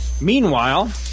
Meanwhile